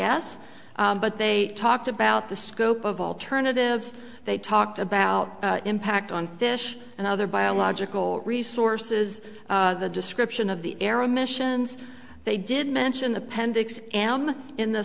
s but they talked about the scope of alternatives they talked about impact on fish and other biological resources the description of the arrow missions they did mention appendix am in the